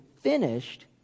finished